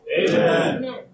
Amen